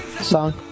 song